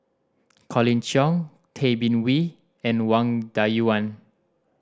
Colin Cheong Tay Bin Wee and Wang Dayuan